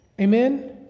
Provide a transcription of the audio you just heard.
Amen